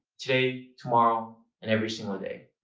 today? tomorrow? and every single day?